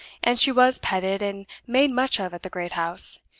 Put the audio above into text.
and she was petted and made much of at the great house,